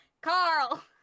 Carl